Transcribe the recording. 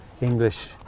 English